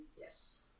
Yes